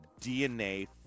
DNA